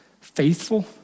faithful